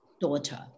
daughter